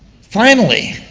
finally,